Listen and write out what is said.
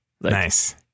Nice